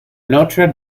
notre